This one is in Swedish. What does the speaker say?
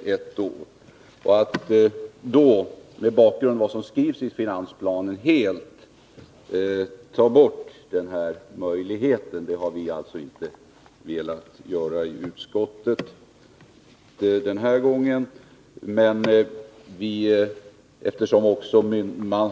Utskottet har mot den bakgrunden och med hänsyn till vad som skrivs i finansplanen inte velat helt ta bort den möjlighet vi diskuterar här. Man